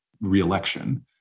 re-election